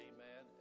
Amen